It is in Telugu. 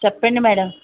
చెప్పండి మేడం